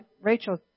Rachel